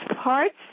parts